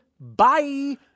Bye